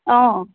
অঁ